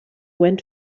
went